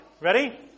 Ready